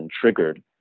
triggered